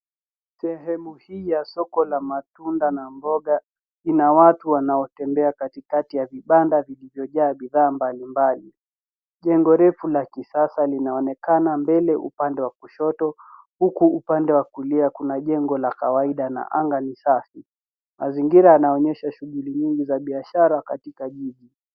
Sehemu hii ya soko la matunda na mboga ina watu wanaotembea katikati ya vibanda vilivyojaa bidhaa mbalimbali. Jengo refu la kisasa linaonekana mbele upande wa kushoto huku upande wa kulia kuna jengo la kawaida na anga ni safi. Mazingira yanaonyesha shughuli nyingi za biashara katika jiji.